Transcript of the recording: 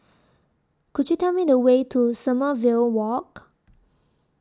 Could YOU Tell Me The Way to Sommerville Walk